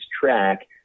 track